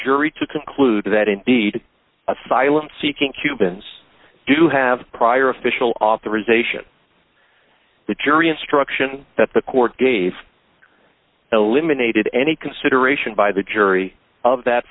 jury to conclude that indeed asylum seeking cubans do have prior official authorisation the jury instruction that the court gave eliminated any consideration by the jury of that